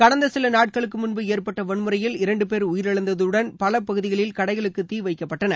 கடந்த சில நாட்களுக்கு முன்பு ஏற்பட்ட வன்முறையில் இரண்டு பேர் உயிரிழந்ததுடன் பல பகுதிகளில் கடைகளுக்கு தீ வைக்கப்பட்டன